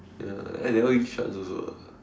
ya I never give chance also lah